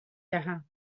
دهم